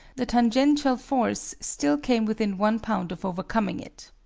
the tangential force still came within one pound of overcoming it.